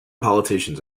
politicians